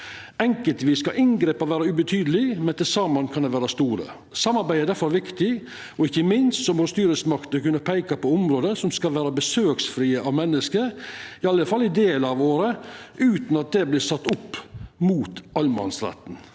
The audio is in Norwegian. Enkeltvis kan inngrepa vera ubetydelege, men til saman kan dei vera store. Samarbeid er difor viktig, og ikkje minst må styresmaktene kunna peika på område som skal vera «besøksfrie av menneske», i alle fall i delar av året, utan at det vert sett opp mot allemannsretten.